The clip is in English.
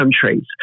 countries